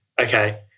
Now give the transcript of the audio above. okay